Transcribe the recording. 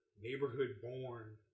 neighborhood-born